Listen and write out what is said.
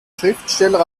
schriftsteller